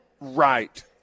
Right